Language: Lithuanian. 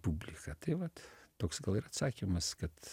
publika tai vat toks gal ir atsakymas kad